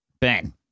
Ben